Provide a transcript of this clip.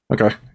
Okay